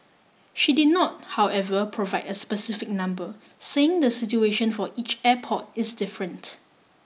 she did not however provide a specific number saying the situation for each airport is different